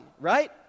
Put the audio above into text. Right